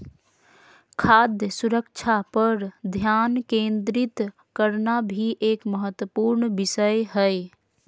खाद्य सुरक्षा पर ध्यान केंद्रित करना भी एक महत्वपूर्ण विषय हय